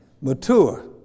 mature